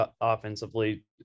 offensively